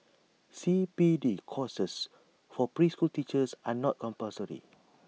C P D courses for preschool teachers are not compulsory